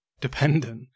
dependent